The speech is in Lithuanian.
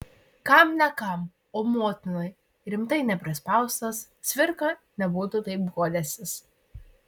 kam ne kam o motinai rimtai neprispaustas cvirka nebūtų taip guodęsis